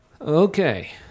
Okay